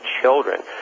children